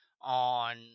on